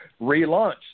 relaunch